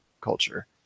culture